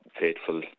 faithful